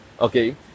Okay